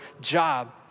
job